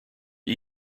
are